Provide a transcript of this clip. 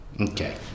Okay